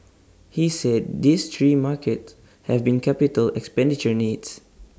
he said these three markets have big capital expenditure needs